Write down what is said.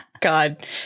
God